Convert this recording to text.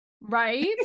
Right